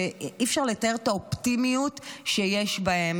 שאי-אפשר לתאר את האופטימיות שיש בהם.